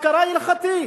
הכרה הלכתית.